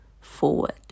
forward